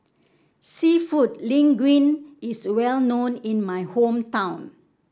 seafood Linguine is well known in my hometown